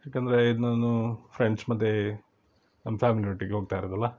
ಯಾಕಂದರೆ ಇದು ನಾನು ಫ್ರೆಂಡ್ಸ್ ಮತ್ತು ನಮ್ಮ ಫ್ಯಾಮಿಲಿಯೊಟ್ಟಿಗೆ ಹೋಗ್ತಾ ಇರೋದಲ್ಲ